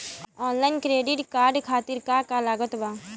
Online credit card खातिर का का लागत बा?